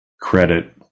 credit